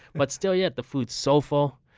but still, yeah the food's soulful.